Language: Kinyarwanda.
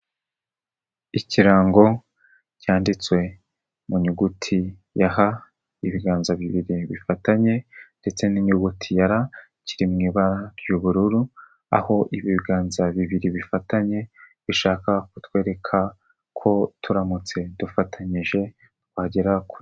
Ikirango cyanditswe mu nyuguti ya ha ibiganza bibiri bifatanye ndetse n'inyuguti ya ra kiri mu ibara ry'ubururu, aho ibiganza bibiri bifatanye bishaka kutwereka ko turamutse dufatanyije twagera kure.